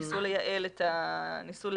ניסו לייעל את הדברים,